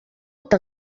eta